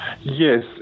Yes